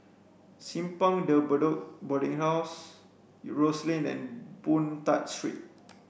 Simpang De Bedok Boarding House Rose Lane and Boon Tat Street